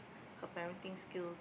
her parenting skills